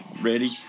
ready